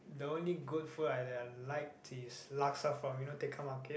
the only good food I that I like is Laksa from you know Tekka-Market